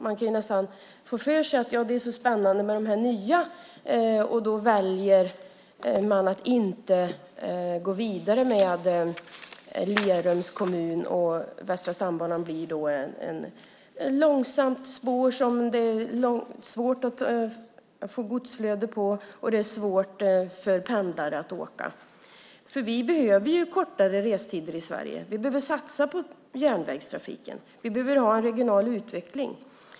Man kan nästan få för sig att det är så spännande med det nya att de väljer att inte gå vidare med Lerums kommun. Västra stambanan blir då ett långsamt spår som det är svårt att få ett godsflöde på och svårt för pendlare att åka på. Vi behöver kortare restider i Sverige. Vi behöver satsa på järnvägstrafiken. Vi behöver ha en regional utveckling.